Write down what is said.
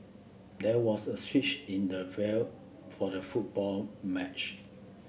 there was a switch in the for the football match